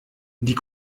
die